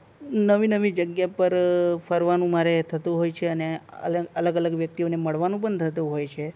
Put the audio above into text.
નવી નવી જગ્યા પર ફરવાનું મારે થતું હોય છે અને અલમ અલગ અલગ વ્યક્તિઓને મળવાનું પણ થતું હોય છે